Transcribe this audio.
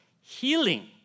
healing